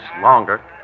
longer